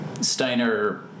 Steiner